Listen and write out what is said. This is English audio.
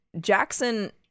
jackson